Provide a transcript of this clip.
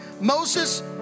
Moses